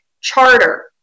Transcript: Charter